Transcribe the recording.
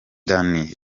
danny